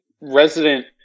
resident